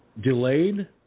Delayed